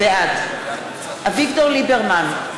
בעד אביגדור ליברמן,